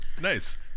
nice